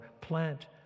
plant